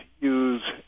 use